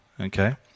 okay